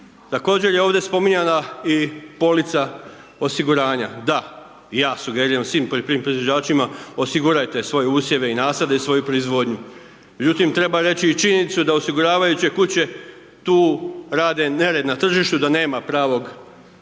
Također je ovdje spominjana i polica osiguranja. Da, ja sugeriram svim poljoprivrednim proizvođačima, osigurajte svoje usjeve i nasade i svoju proizvodnju. Međutim, treba reći i činjenicu da osiguravajuće kuće tu rade nered na tržištu, da nema pravog sređenog